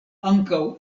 ankaŭ